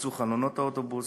התנפצו חלונות האוטובוס,